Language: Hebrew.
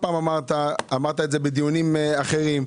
אמרת בדיונים אחרים,